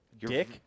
Dick